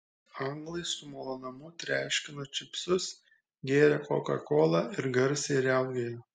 anglai su malonumu treškino čipsus gėrė kokakolą ir garsiai riaugėjo